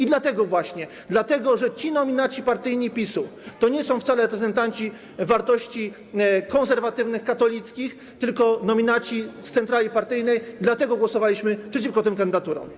I właśnie dlatego, że ci nominaci partyjni PiS-u to nie są wcale reprezentanci wartości konserwatywnych, katolickich, tylko nominaci z centrali partyjnej, głosowaliśmy przeciwko tym kandydaturom.